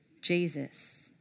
Jesus